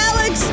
Alex